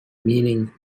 meaning